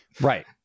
Right